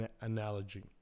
analogy